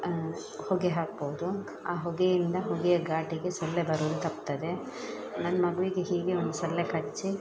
ಹೊಗೆ ಹಾಕ್ಬೌದು ಆ ಹೊಗೆಯಿಂದ ಹೊಗೆಯ ಘಾಟಿಗೆ ಸೊಳ್ಳೆ ಬರುವುದು ತಪ್ತದೆ ನನ್ನ ಮಗುವಿಗೆ ಹೀಗೇ ಒಂದು ಸೊಳ್ಳೆ ಕಚ್ಚಿ